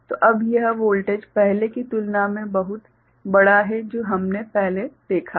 तो अब यह वोल्टेज पहले की तुलना में बहुत बड़ा है जो हमने देखा था